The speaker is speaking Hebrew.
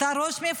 אתה ראש מפלגה.